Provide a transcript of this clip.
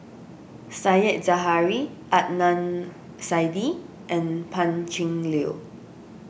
Said Zahari Adnan Saidi and Pan Cheng Lui